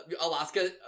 Alaska